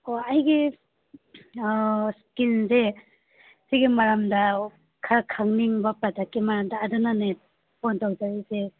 ꯑꯣ ꯑꯩꯒꯤ ꯑꯥ ꯏꯁꯀꯤꯟꯁꯦ ꯁꯤꯒꯤ ꯃꯔꯝꯗ ꯈꯔ ꯈꯪꯅꯤꯡꯕ ꯄ꯭ꯔꯗꯛꯀꯤ ꯃꯔꯝꯗ ꯑꯗꯨꯅꯅꯦ ꯐꯣꯟ ꯇꯧꯖꯔꯛꯏꯁꯦ